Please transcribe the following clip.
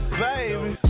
baby